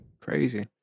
crazy